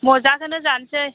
मजाखौनो जानोसै